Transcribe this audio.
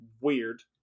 weird